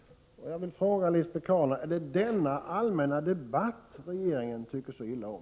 Är det, Lisbet Calner, denna allmänna debatt som regeringen och utskottsmajoriteten tycker så illa om?